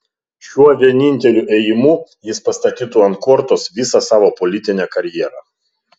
šiuo vieninteliu ėjimu jis pastatytų ant kortos visą savo politinę karjerą